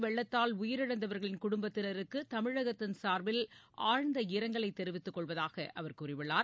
வெள்ளத்தால் உயிரிழந்தவர்களின் குடும்பத்தினருக்குதமிழகத்தின் சார்பில் ஆழ்ந்த இரங்கல் தெரிவித்துக் கொள்வதாகஅவர் கூறியுள்ளார்